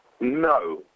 No